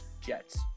Jets